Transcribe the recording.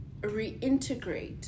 reintegrate